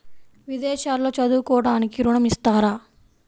విదేశాల్లో చదువుకోవడానికి ఋణం ఇస్తారా?